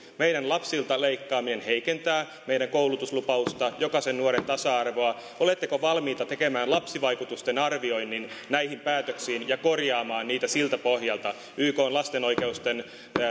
meidän lapsiltamme leikkaaminen heikentää meidän koulutuslupaustamme ja jokaisen nuoren tasa arvoa oletteko valmiita tekemään lapsivaikutusten arvioinnin näihin päätöksiin ja korjaamaan niitä siltä pohjalta ykn lapsen oikeuksien